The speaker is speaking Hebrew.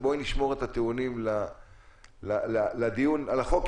בואי ונשמור את הטיעונים לדיון על החוק,